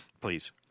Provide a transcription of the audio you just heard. please